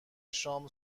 شام